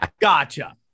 Gotcha